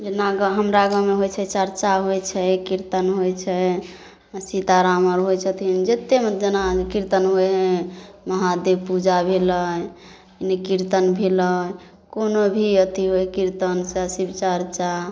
जेना गाँव हमरा गाँवमे होइ छै चरचा होइ छै किरतन होइ छै सीताराम आर होइ छथिन जतेक मने जेना किरतन होइ हइ महादेव पूजा भेलै किरतन भेलै कोनो भी अथी होइ किरतन से शिव चरचा